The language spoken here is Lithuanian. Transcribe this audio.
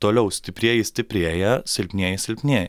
toliau stiprieji stiprėja silpnieji silpnėja